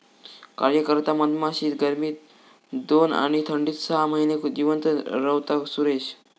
कार्यकर्ता मधमाशी गर्मीत दोन आणि थंडीत सहा महिने जिवंत रव्हता, सुरेश